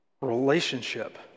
relationship